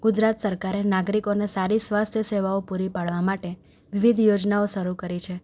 ગુજરાત સરકારે નાગરિકોને સારી સ્વાસ્થ્ય સેવાઓને પૂરી પાડવા માટે વિવિધ યોજનાઓ શરૂ કરી છે